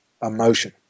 Emotion